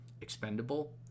expendable